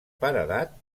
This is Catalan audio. paredat